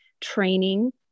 training